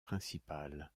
principal